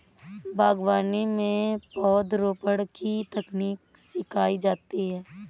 बागवानी में पौधरोपण की तकनीक सिखाई जाती है